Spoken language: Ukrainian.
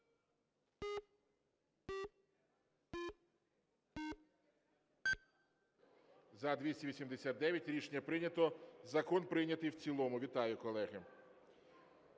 За-289 Рішення прийнято. Закон прийнятий в цілому. Вітаю, колеги.